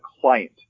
client